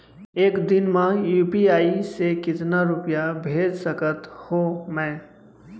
एक दिन म यू.पी.आई से कतना रुपिया भेज सकत हो मैं?